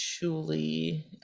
Julie